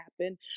happen